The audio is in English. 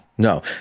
No